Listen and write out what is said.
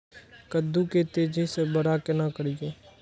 कद्दू के तेजी से बड़ा केना करिए?